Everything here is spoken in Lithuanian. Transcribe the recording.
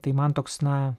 tai man toks na